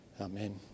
Amen